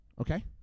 Okay